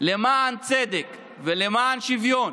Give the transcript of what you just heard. למען צדק ולמען שוויון